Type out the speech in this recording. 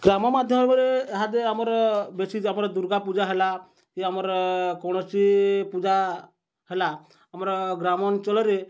ଗ୍ରାମ ମାଧ୍ୟମରେ ଏହା ଆମର ବେଶୀ ଆମର ଦୁର୍ଗା ପୂଜା ହେଲା କି ଆମର କୌଣସି ପୂଜା ହେଲା ଆମର ଗ୍ରାମ ଅଞ୍ଚଳରେ